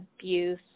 abuse